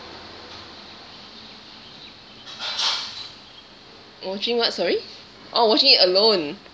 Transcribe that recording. watching what sorry oh watching it alone